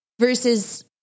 versus